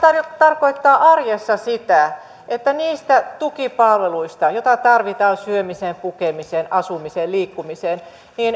tarkoittaa arjessa sitä että niistä tukipalveluista joita tarvitaan syömiseen pukemiseen asumiseen liikkumiseen